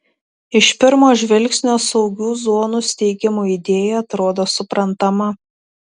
iš pirmo žvilgsnio saugių zonų steigimo idėja atrodo suprantama